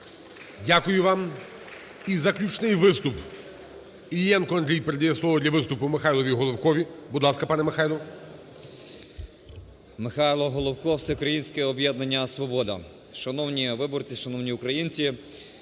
Дякую вам. І заключний виступ – Іллєнко Андрій. Передає слово для виступу Михайлові Головкові. Будь ласка, пане Михайле. 10:35:44 ГОЛОВКО М.Й. Михайло Головко, "Всеукраїнське об'єднання "Свобода". Шановні виборці, шановні українці,